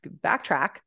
backtrack